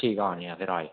ठीक ऐ आने आं फिर आये